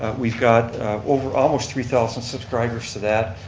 we've got over almost three thousand subscribers to that.